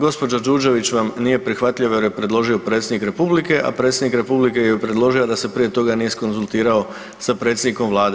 Gospođa Đurđević vam nije prihvatljiva jer ju je predložio Predsjednik Republike, a Predsjednik Republike ju je predložio a da se prije toga nije iskonzultirao sa predsjednikom Vlade.